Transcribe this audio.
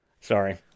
Sorry